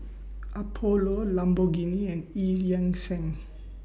Apollo Lamborghini and EU Yan Sang